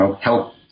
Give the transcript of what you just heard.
help